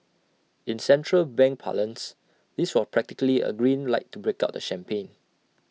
in central bank parlance this was practically A green light to break out the champagne